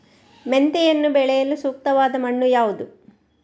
ಮೆಂತೆಯನ್ನು ಬೆಳೆಯಲು ಸೂಕ್ತವಾದ ಮಣ್ಣು ಯಾವುದು?